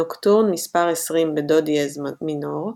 נוקטורן מספר 20 בדו דיאז מינור ,